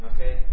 Okay